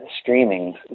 streaming